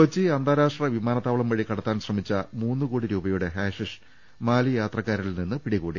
കൊച്ചി അന്താരാഷ്ട്ര വിമാനത്താവളം വഴി കടത്താൻ ശ്രമിച്ച മൂന്ന് കോടി രൂപയുടെ ഹാഷിഷ് മാലി യാത്രക്കാരനിൽ നിന്ന് പിടി കൂടി